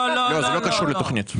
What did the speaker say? זה לא קשור לתוכנית.